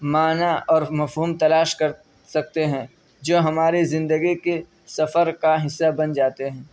معنی اور مفہوم تلاش کر سکتے ہیں جو ہماری زندگی کی سفر کا حصہ بن جاتے ہیں